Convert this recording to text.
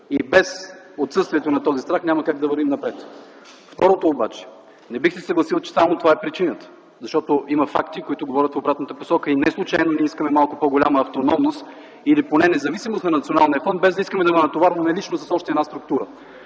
Без отсъствието на този страх няма как да вървим напред. Второ, не бих се съгласил, че само това е причината. Има факти, които говорят в обратната посока. Неслучайно ние искаме малко по-голяма автономност или поне независимост на националния фонд, без да искаме да Ви натоварваме лично с още една структура.